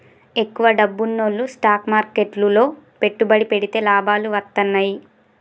ఎక్కువ డబ్బున్నోల్లు స్టాక్ మార్కెట్లు లో పెట్టుబడి పెడితే లాభాలు వత్తన్నయ్యి